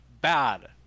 bad